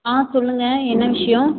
ஆ சொல்லுங்க என்ன விஷயோம்